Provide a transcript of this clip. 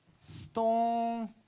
stone